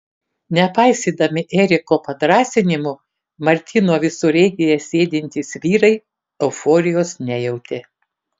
nepaisydami eriko padrąsinimų martino visureigyje sėdintys vyrai euforijos nejautė